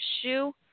shoe